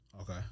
Okay